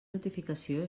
notificació